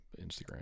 Instagram